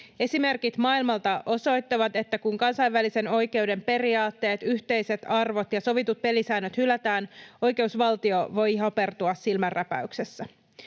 Esimerkit maailmalta osoittavat, että kun kansainvälisen oikeuden periaatteet, yhteiset arvot ja sovitut pelisäännöt hylätään, oikeusvaltio voi hapertua silmänräpäyksessä.